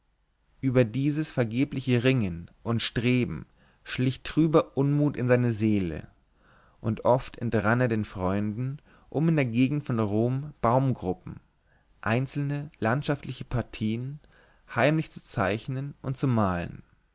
über dieses vergebliche ringen und streben schlich trüber unmut in seine seele und oft entrann er den freunden um in der gegend von rom baumgruppen einzelne landschaftliche partien heimlich zu zeichnen und zu malen